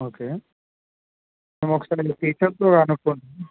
okay మేము ఒకసారి మీ టీచర్స్తో అనుకొని